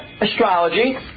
astrology